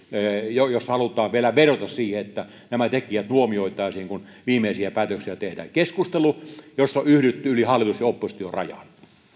jossa halutaan vielä vedota siihen että nämä tekijät huomioitaisiin kun viimeisiä päätöksiä tehdään tämä on ollut keskustelu jossa on yhdytty yli hallitus ja oppositiorajan